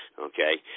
okay